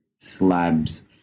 slabs